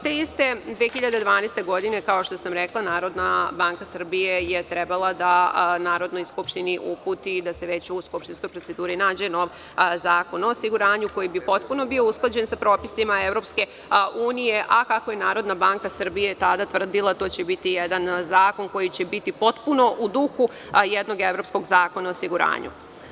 Te iste 2012. godine, kao što sam rekla Narodna banka Srbije je trebala da Narodnoj skupštini uputi, da se već u skupštinskoj proceduri nađe nov Zakon o osiguranju koji bi potpuno bio usklađen sa propisima EU, a kako je NBS tada tvrdila to će biti jedan zakon koji će biti potpuno u duhu jednog evropskog zakona o osiguranju.